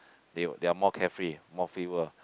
they they're more carefree more free world